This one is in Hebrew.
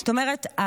זאת אומרת,